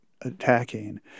attacking